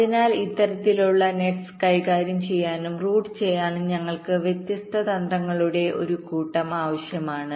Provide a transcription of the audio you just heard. അതിനാൽ ഇത്തരത്തിലുള്ള nets കൈകാര്യം ചെയ്യാനും റൂട്ട് ചെയ്യാനും ഞങ്ങൾക്ക് വ്യത്യസ്ത തന്ത്രങ്ങളുടെ ഒരു കൂട്ടം ആവശ്യമാണ്